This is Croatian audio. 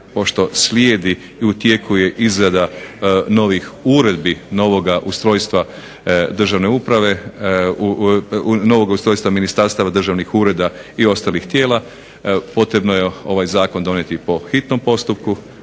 pošto slijedi i u tijeku je izrada novih uredbi novoga ustrojstva državne uprave, novoga ustrojstva ministarstava državnih ureda i ostalih tijela potrebno je ovaj zakon donijeti po hitnom postupku.